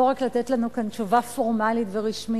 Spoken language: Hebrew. לא רק לתת לנו כאן תשובה פורמלית ורשמית.